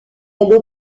elle